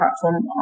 platform